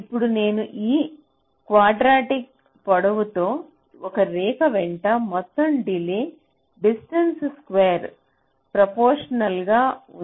ఇప్పుడు నేను ఈ క్వడ్రాటిక్ పొడవుతో ఒక రేఖ వెంట మొత్తం డిలే డిస్టెన్స్ స్క్వేర్ కీ ప్రొఫెషనల్గా ఉందని పేర్కొన్నాను